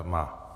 Má.